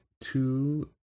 two